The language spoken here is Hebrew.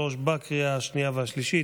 2023, לקריאה השנייה והשלישית.